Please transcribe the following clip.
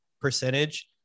percentage